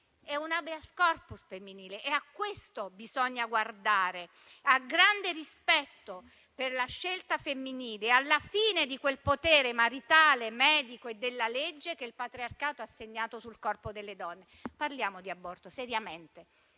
è un *habeas corpus* femminile e a questo bisogna guardare, al grande rispetto per la scelta femminile e alla fine di quel potere maritale, medico e della legge che il patriarcato ha segnato sul corpo delle donne. Parliamo di aborto, seriamente,